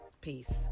Peace